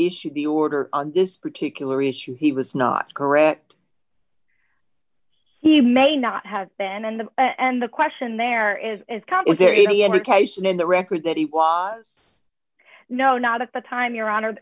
issued the order on this particular issue he was not correct he may not have been in the and the question there is is commentary education in the records that he was no not at the time your hon